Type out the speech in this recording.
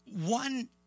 One